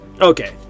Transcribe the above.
Okay